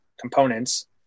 components